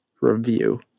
review